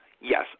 Yes